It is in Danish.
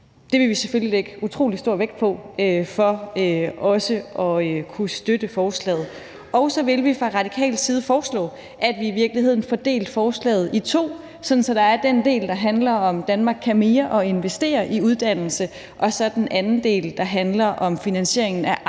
Det vil vi selvfølgelig lægge utrolig stor vægt på for også at kunne støtte forslaget. Og så vil vi fra radikal side foreslå, at vi i virkeligheden får delt forslaget i to, sådan at der er den del, der handler om »Danmark kan mere« og at investere i uddannelse, og så den anden del, der handler om finansieringen af Arnepensionen,